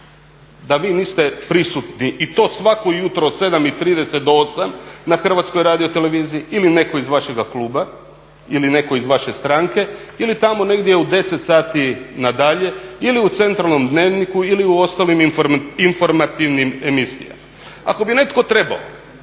da vi niste prisutni i to svako jutro od 7,30 do 8,00 na Hrvatskoj radioteleviziji ili netko iz vašega kluba ili netko iz vaše stranke ili tamo negdje u 10 sati na dalje ili u centralnom Dnevniku ili u ostalim informativnim emisijama. Ako bi netko trebao